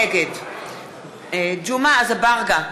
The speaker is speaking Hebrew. נגד ג'מעה אזברגה,